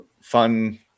fun